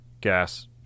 gas